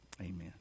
Amen